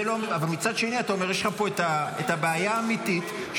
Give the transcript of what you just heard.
אבל מצד שני יש לך בעיה אמיתית,